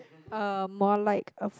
uh more like a f~